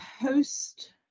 post